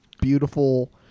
beautiful